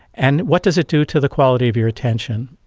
and what does it do to the quality of your attention?